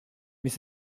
mais